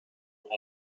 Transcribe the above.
were